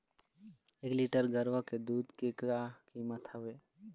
एक लीटर गरवा के दूध के का कीमत हवए?